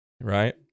Right